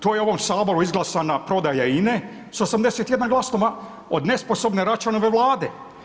To je u ovom Saboru izglasana prodaja INA sa 81 glasova od nesposobne Račanove Vlade.